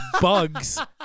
bugs